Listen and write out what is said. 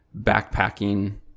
backpacking